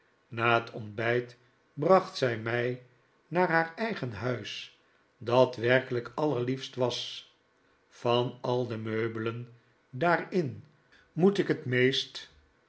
na het ontbijt bracht zij mij naar haar eigen huis dat werkelijk allerliefst was van al de meubelen daarin moet ik het meest